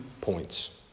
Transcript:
points